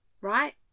Right